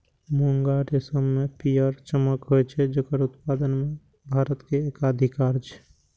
मूंगा रेशम मे पीयर चमक होइ छै, जेकर उत्पादन मे भारत के एकाधिकार छै